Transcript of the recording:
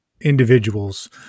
individuals